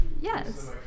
Yes